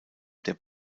der